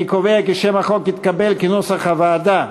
אני קובע כי שם החוק התקבל כנוסח הוועדה.